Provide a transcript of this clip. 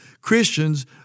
Christians